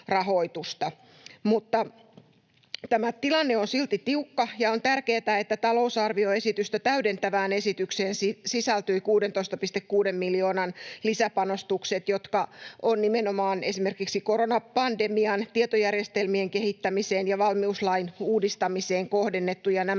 mutta tämä tilanne on silti tiukka, ja on tärkeätä, että talousarvioesitystä täydentävään esitykseen sisältyi 16,6 miljoonan lisäpanostukset, jotka ovat nimenomaan esimerkiksi koronapandemiaan, tietojärjestelmien kehittämiseen ja valmiuslain uudistamiseen kohdennettuja.